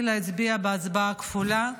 הצביע בהצבעה כפולה.